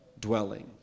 dwelling